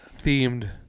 themed